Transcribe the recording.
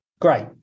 great